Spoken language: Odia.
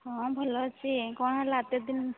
ହଁ ଭଲ ଅଛି କ'ଣ ହେଲା ଏତେ ଦିନ